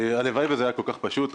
הלוואי וזה היה כל כך פשוט.